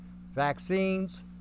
vaccines